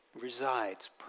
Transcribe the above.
resides